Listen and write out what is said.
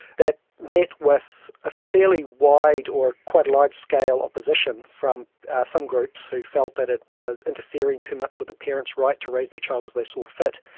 that met with a fairly wide, or quite large-scale large-scale opposition from some groups who felt that it was interfering too much with the parents' right to raise their child as they saw fit.